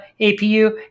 APU